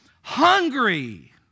hungry